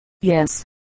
Yes